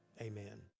amen